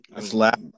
slap